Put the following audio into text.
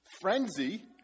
frenzy